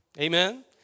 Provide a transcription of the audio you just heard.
Amen